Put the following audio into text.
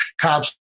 cops